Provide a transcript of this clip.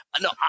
No